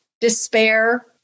despair